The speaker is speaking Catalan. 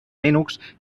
linux